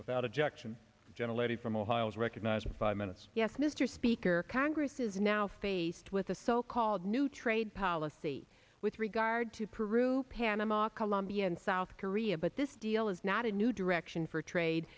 without objection the gentle lady from ohio is recognized for five minutes yes mr speaker congress is now faced with a so called new trade policy with regard to peru panama colombia and south korea but this deal is not a new direction for trade